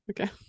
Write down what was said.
Okay